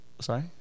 Sorry